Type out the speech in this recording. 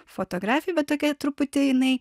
fotografijų bet tokia truputį jinai